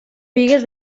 bigues